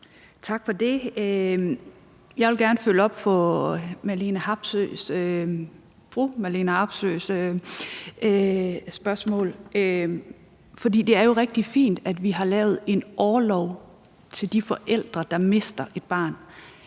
Tak for det. Jeg vil gerne følge op på fru Marlene Harpsøes spørgsmål. For det er jo rigtig fint, at vi har lavet en orlov til de forældre, der mister et barn.